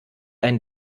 ein